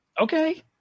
Okay